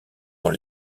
dans